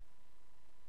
ואת יהודה ואת שומרון.